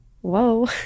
Whoa